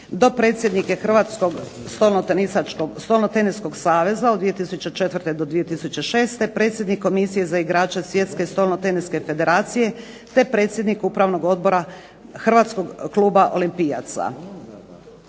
Dopredsjednik je Hrvatskog stolnoteniskog saveza od 2004. do 2006., predsjednik komisije za igrače svjetske stolnoteniske federacije, te predsjednik Upravnog odbora Hrvatskog kluba olimpijaca.